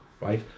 right